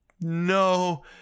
no